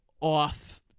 off